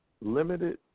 limited